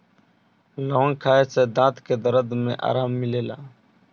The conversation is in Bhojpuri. लवंग खाए से दांत के दरद में आराम मिलेला